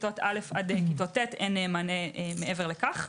כיתות א' עד כיתות ט' אין מענה מעבר לכך.